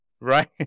Right